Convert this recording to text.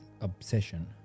obsession